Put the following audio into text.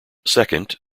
second